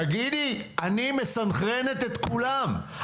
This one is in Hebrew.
תגידי: אני מסנכרנת את כולם.